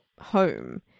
home